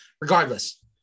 regardless